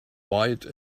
white